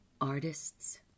artists